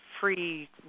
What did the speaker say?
free